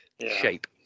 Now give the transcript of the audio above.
shape